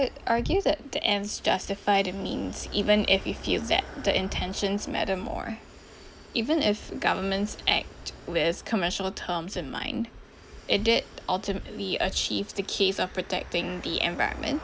would argue that the ends justify the means even if you feel that the intentions matter more even if governments act with commercial terms in mind it did ultimately achieved the case of protecting the environment